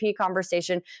conversation